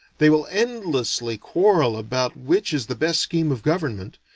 they will endlessly quarrel about which is the best scheme of government,